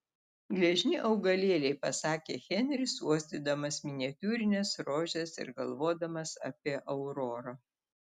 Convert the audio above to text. gležni augalėliai pasakė henris uostydamas miniatiūrines rožes ir galvodamas apie aurorą